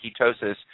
ketosis